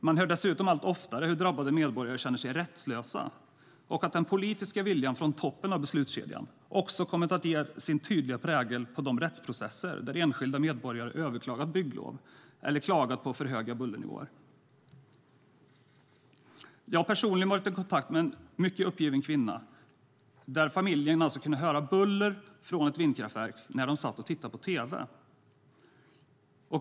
Man hör dessutom allt oftare hur drabbade medborgare känner sig rättslösa och att den politiska viljan från toppen av beslutskedjan också kommit att sätta sin tydliga prägel på de rättsprocesser där enskilda medborgare överklagat bygglov eller klagat på för höga bullernivåer. Jag har personligen varit i kontakt med en mycket uppgiven kvinna, där familjen alltså kunde höra buller från ett vindkraftverk när de tittade på teve.